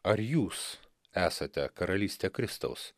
ar jūs esate karalystė kristaus